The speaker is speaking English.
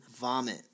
vomit